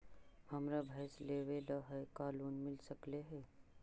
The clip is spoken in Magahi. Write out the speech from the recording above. हमरा भैस लेबे ल है का लोन मिल सकले हे?